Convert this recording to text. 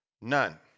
None